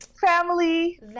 family